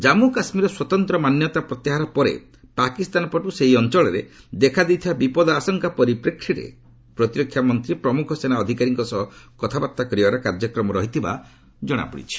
ଜାମ୍ମ କାଶୁୀରର ସ୍ୱତନ୍ତ୍ର ମାନ୍ୟତା ପ୍ରତ୍ୟାହାର ପରେ ପାକିସ୍ତାନ ପଟ୍ଟ ସେହି ଅଞ୍ଚଳରେ ଦେଖାଦେଇଥିବା ବିପଦ ଆଶଙ୍କା ପରିପ୍ରେକ୍ଷୀରେ ପ୍ରତିରକ୍ଷା ମନ୍ତ୍ରୀ ପ୍ରମୁଖ ସେନା ଅଧିକାରୀଙ୍କ ସହ କଥାବାର୍ତ୍ତା କରିବାର କାର୍ଯ୍ୟକ୍ରମ ରହିଥିବାର ଜଣାପଡ଼ିଛି